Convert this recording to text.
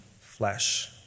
flesh